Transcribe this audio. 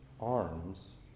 arms